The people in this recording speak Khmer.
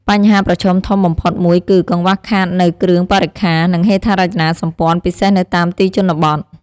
បញ្ហាប្រឈមធំបំផុតមួយគឺ កង្វះខាតនៅគ្រឿងបរិក្ខារ និងហេដ្ឋារចនាសម្ព័ន្ធ ពិសេសនៅតាមទីជនបទ។